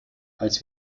als